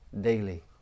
daily